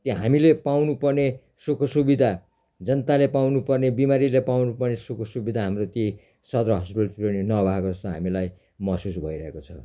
के हामीले पाउनु पर्ने सुख सुविधा जनताले पाउनु पर्ने बिमारीले पाउनु पर्ने सुख सुविधा हाम्रो ती सदर हस्पिटल नभएको जस्तो हामीलाई महसुस भइरहेको छ